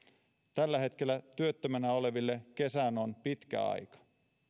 tällä hetkellä työttömänä oleville kesään on pitkä aika